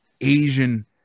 Asian